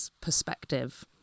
perspective